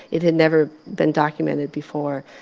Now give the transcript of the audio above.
it had never been documented before,